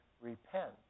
repent